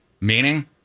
Meaning